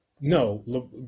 No